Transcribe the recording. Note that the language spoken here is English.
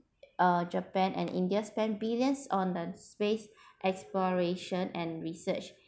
uh japan and india spent billions on the space exploration and research